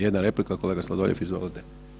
Jedna replika kolega Sladoljev, izvolite.